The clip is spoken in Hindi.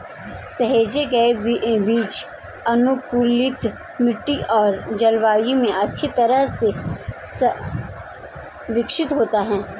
सहेजे गए बीज अनुकूलित मिट्टी और जलवायु में अच्छी तरह से विकसित होते हैं